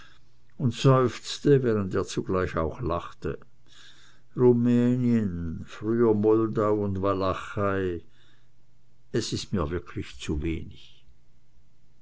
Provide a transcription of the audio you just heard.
und seufzte während er zugleich auch lachte rumänien früher moldau und walachei es ist mir wirklich zuwenig